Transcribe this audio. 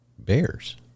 bears